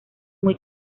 muy